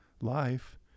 life